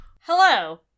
Hello